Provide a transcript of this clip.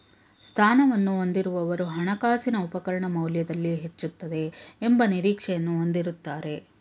ಸ್ಥಾನವನ್ನು ಹೊಂದಿರುವವರು ಹಣಕಾಸಿನ ಉಪಕರಣ ಮೌಲ್ಯದಲ್ಲಿ ಹೆಚ್ಚುತ್ತದೆ ಎಂಬ ನಿರೀಕ್ಷೆಯನ್ನು ಹೊಂದಿರುತ್ತಾರೆ